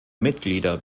mitglieder